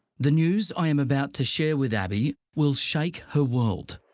the news i am about to share with abii will shake her world.